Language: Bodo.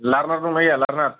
लार्नार दंना गैया लार्नार